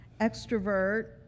extrovert